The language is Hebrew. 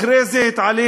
אחרי זה התעלף,